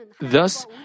Thus